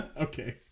Okay